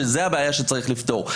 שזאת הבעיה שצריך לפתור,